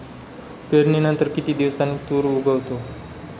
पेरणीनंतर किती दिवसांनी तूर उगवतो?